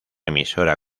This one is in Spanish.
emisora